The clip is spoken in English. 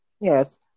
Yes